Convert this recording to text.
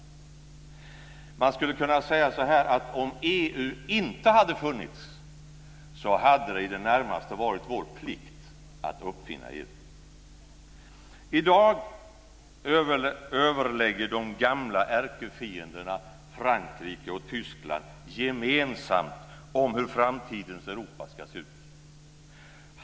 Man skulle kunna säga att om EU inte hade funnits, hade det i det närmaste varit vår plikt att uppfinna EU. I dag överlägger de gamla ärkefienderna Frankrike och Tyskland gemensamt om hur framtidens Europa ska se ut.